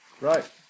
Right